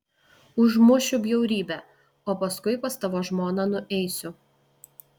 užmušiu bjaurybę o paskui pas tavo žmoną nueisiu